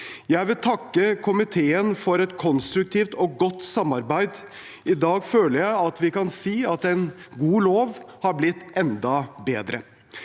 Jeg vil takke komiteen for et konstruktivt og godt samarbeid. I dag føler jeg at vi kan si at en god lov har blitt enda bedre.